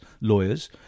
lawyers